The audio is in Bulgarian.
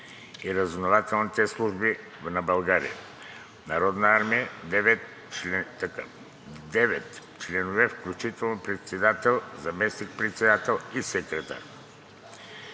и разузнавателните служби на Българската народна армия – девет членове, включително председател, заместник-председател и секретар.